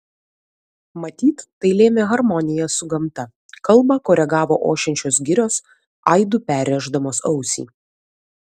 matyt tai lėmė harmonija su gamta kalbą koregavo ošiančios girios aidu perrėždamos ausį